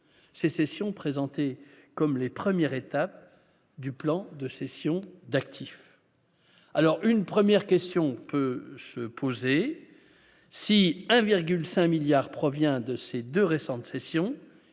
sécession présentée comme les premières étapes du plan de cession d'actifs alors une 1ère question peut se poser, si 1,5 milliard provient de ses 2 récentes sessions,